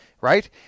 right